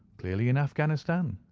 clearly in afghanistan